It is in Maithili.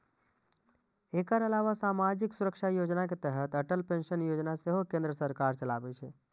एकर अलावा सामाजिक सुरक्षा योजना के तहत अटल पेंशन योजना सेहो केंद्र सरकार चलाबै छै